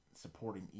supporting